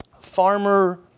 Farmer